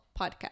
podcast